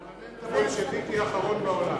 הפרלמנט הבולשביקי האחרון בעולם.